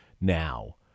now